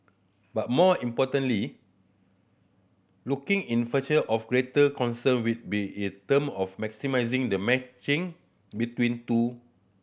but more importantly looking in future of greater concern will be in term of maximising the matching between two